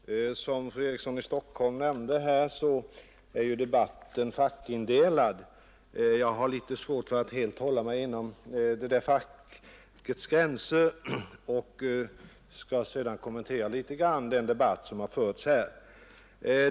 Herr talman! Som fru Eriksson i Stockholm nämnde är ju debatten fackindelad. Jag har litet svårt för att hålla mig inom sådana fackgränser. Jag skall sedan också något kommentera den debatt som har förts här.